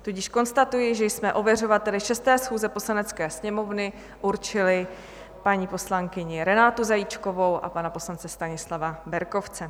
Tudíž konstatuji, že jsme ověřovateli 6. schůze Poslanecké sněmovny určili paní poslankyni Renátu Zajíčkovou a pana poslance Stanislava Berkovce.